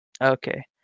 Okay